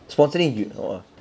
sponsoring b~ oh